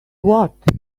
what